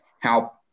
help